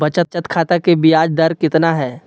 बचत खाता के बियाज दर कितना है?